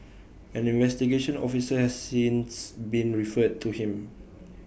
an investigation officer has since been referred to him